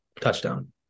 touchdown